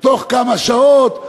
בתוך כמה שעות.